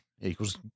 equals